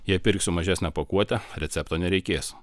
jei pirksiu mažesnę pakuotę recepto nereikės